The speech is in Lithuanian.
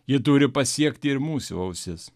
ji turi pasiekti ir mūsų ausis